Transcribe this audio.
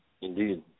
Indeed